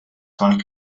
dran